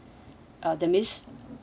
uh that's means